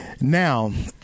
now